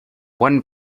one